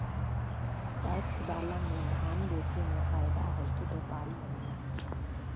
PACS बाला में धान बेचे मे फायदा है कि व्यापारी महिना?